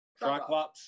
Triclops